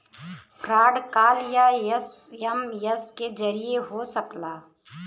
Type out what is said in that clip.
fraud call या एस.एम.एस के जरिये हो सकला